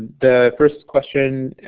the first question,